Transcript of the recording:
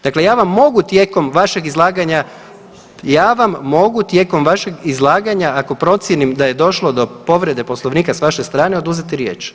Dakle, ja vam mogu tijekom vašeg izlaganja, ja vam mogu tijekom vašeg izlaganja ako procijenim da je došlo do povrede Poslovnika s vaše strane oduzeti riječ.